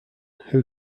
who